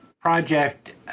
project